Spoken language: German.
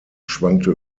schwankte